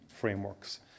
frameworks